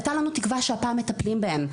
הייתה לנו תקווה שהפעם מטפלים בהן,